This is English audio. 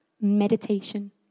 Meditation